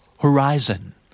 Horizon